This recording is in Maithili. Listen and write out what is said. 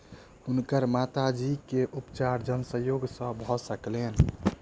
हुनकर माता जी के उपचार जन सहयोग से भ सकलैन